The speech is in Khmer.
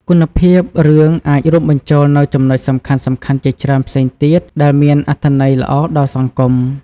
គុណភាពរឿងអាចរួមបញ្ចូលនូវចំណុចសំខាន់ៗជាច្រើនផ្សេងទៀត ដែលមានអត្តន័យល្អដល់សង្គម។